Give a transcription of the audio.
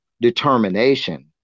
determination